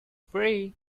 free